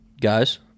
guys